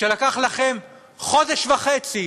שלקח לכם חודש וחצי